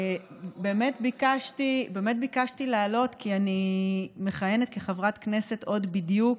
באמת ביקשתי לעלות כי אני מכהנת כחברת כנסת עוד בדיוק,